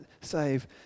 save